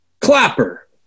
Clapper